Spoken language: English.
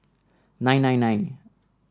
nine nine nine